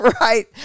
Right